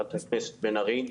חברת הכנסת בן ארי,